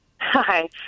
Hi